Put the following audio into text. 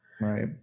right